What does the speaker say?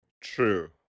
True